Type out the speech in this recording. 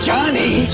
Johnny